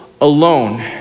alone